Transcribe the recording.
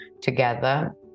together